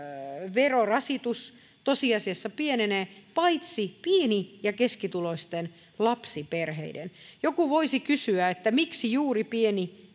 verorasitus tosiasiassa pienenee paitsi pieni ja keskituloisten lapsiperheiden joku voisi kysyä miksi juuri pieni